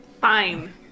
Fine